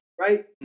Right